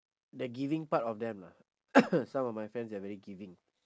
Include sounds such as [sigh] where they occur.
that giving part of them ah [coughs] some of my friends they're very giving